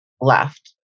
left